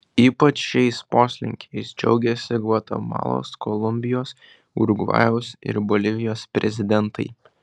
ypač šiais poslinkiais džiaugiasi gvatemalos kolumbijos urugvajaus ir bolivijos prezidentai